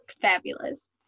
Fabulous